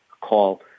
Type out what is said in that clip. call